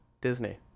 Disney